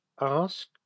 ask